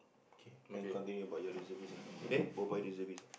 okay then continue about your reservist ah eh reservist ah